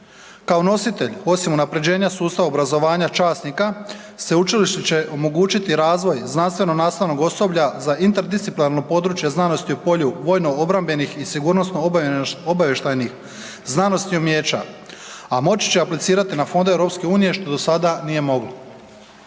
Kao nositelj, osim unaprjeđenja sustava obrazovanja časnika, sveučilište će omogućiti razvoj znanstveno-nastavnog osoblja za interdisciplinarno područje znanosti u polju vojno-obrambenih i sigurnosno-obavještajnih znanosti i umijeća, a moći će aplicirati na fondovima EU što do sada nije moglo.